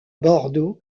bordeaux